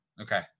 Okay